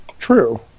True